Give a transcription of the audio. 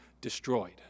destroyed